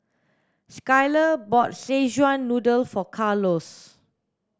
Skyler bought szechuan noodle for Carlos